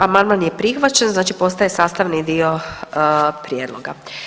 Amandman je prihvaćen, znači postaje sastavni dio prijedloga.